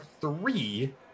three